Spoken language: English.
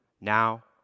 now